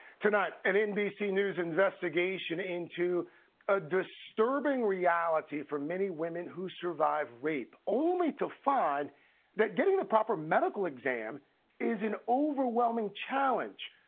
tonight, an nbc news investigation in to a disturbing reality for many women who survive rape. only to find that getting the rorp medical exam is an overwhelming challenge.